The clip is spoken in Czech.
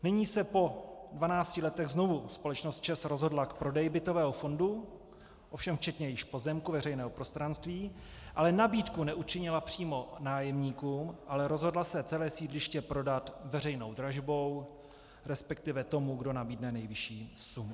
Nyní se po dvanácti letech znovu společnost ČEZ rozhodla k prodeji bytového fondu, ovšem včetně již pozemku veřejného prostranství, ale nabídku neučinila přímo nájemníkům, ale rozhodla se celé sídliště prodat veřejnou držbou, resp. tomu, kdo nabídne nejvyšší sumu.